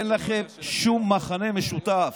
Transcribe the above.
אין לכם שום מכנה משותף.